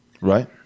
right